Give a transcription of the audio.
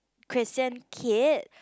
Christian kid